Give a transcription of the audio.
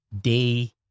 day